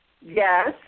yes